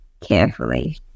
carefully